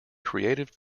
creative